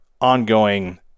ongoing